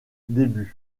début